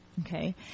okay